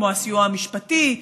כמו הסיוע המשפטי,